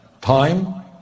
time